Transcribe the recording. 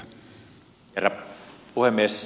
herra puhemies